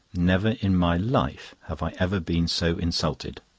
never in my life have i ever been so insulted